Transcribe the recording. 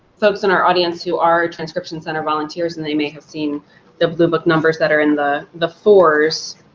folks in our audience who are transcription center volunteers and they may have seen the blue book numbers that are in the the fours,